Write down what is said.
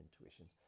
intuitions